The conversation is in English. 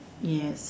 yes